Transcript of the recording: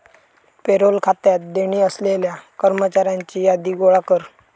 payroll खात्यात देणी असलेल्या कर्मचाऱ्यांची यादी गोळा कर